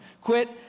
quit